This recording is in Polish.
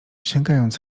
sięgając